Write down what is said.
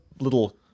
little